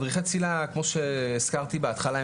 מדריכי צלילה כמו שהזכרתי בהתחלה,